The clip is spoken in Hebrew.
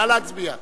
נא להצביע.